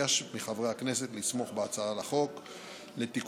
אבקש מחברי הכנסת לתמוך בהצעת החוק לתיקון